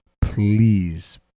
please